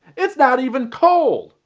it's not even cold,